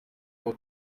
ngo